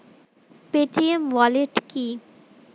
Paytm wallet কি?